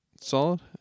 solid